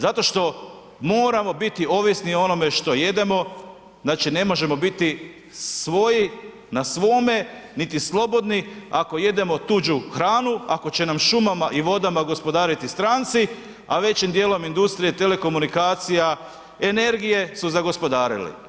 Zato što moramo biti ovisni o onome što jedemo, znači ne možemo biti svoji na svome niti slobodni ako jedemo tuđu hranu, ako će nam šumama i vodama gospodariti stranci, a većim dijelom industrije telekomunikacija, energije su zagospodarili.